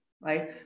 right